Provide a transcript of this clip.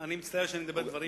אני מצטער שאני מדבר דברים,